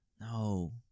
No